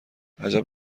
عجب